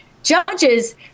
Judges